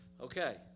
Okay